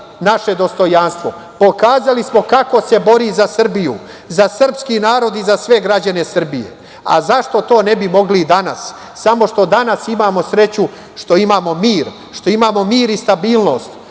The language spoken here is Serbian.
naše dostojanstvo. Pokazali smo kako se bori za Srbiju, za srpski narod i za sve građane Srbije. A zašto to ne bi mogli i danas? Samo što danas imamo sreću što imamo mir i stabilnost,